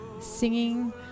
Singing